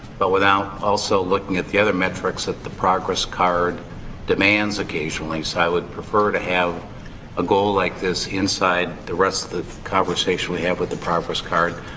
but without also looking at the other metrics that the progress card demands occasionally. so, i would prefer to have a goal like this inside the rest of the conversation we have with the progress card.